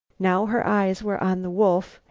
now her eyes were on the wolf,